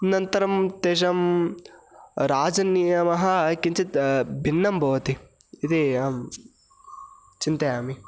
अनन्तरं तेषां राजनियमः किञ्चित् भिन्नः भवति इति अहं चिन्तयामि